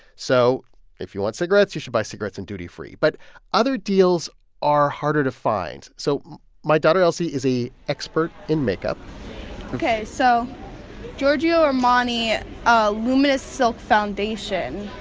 so if you want cigarettes, you should buy cigarettes in duty free. but other deals are harder to find. so my daughter elsie is a expert in makeup ok, so giorgio armani and ah luminous silk foundation.